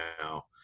now